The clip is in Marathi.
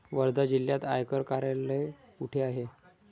वर्धा जिल्ह्यात आयकर कार्यालय कुठे आहे?